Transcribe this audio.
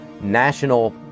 national